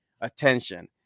attention